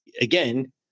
again